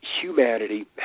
humanity